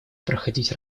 проходить